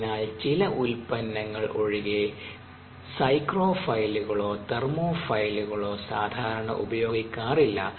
അതിനാൽ ചില ഉൽപ്പന്നങ്ങൾ ഒഴികെ സൈക്രോഫൈലുകളോ തെർമോഫൈലുകളോ സാധാരണ ഉപയോഗിക്കാറില്ല